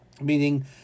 Meaning